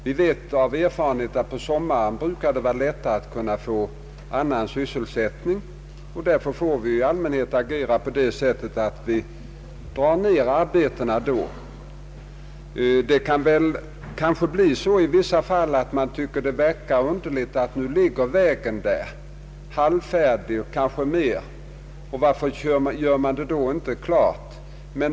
Vi vet av erfarenhet att det brukar vara lättare på sommaren att få an nan sysselsättning, och därför får vi i allmänhet agera på det sättet att vi då minskar arbetstillfällena. Man tycker kanske att det verkar underligt, att vägen ligger där halvfärdig, och frågar varför den inte görs klar.